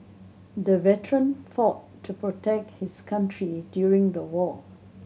the veteran fought to protect his country during the war